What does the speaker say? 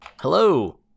Hello